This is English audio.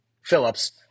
Phillips